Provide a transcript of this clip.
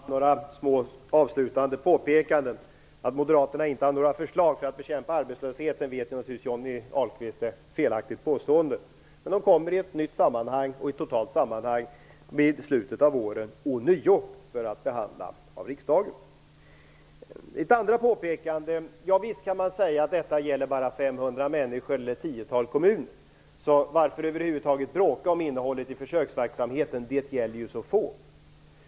Herr talman! Jag vill göra några små avslutande påpekanden. Johnny Ahlqvist vet naturligtvis att påståendet att Moderaterna in skulle ha några förslag för att bekämpa arbetslösheten är felaktigt. De kommer i ett nytt och totalt sammanhang vid slutet av året ånyo, för att behandlas av riksdagen. Visst kan man säga att denna verksamhet bara gäller 500 människor eller ett tiotal kommuner. Så varför över huvud taget bråka om innehållet i försöksverksamheten? Den gäller ju så få.